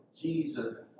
Jesus